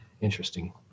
interesting